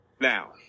Now